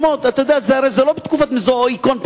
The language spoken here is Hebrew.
זה לא בתקופת המזוזואיקון,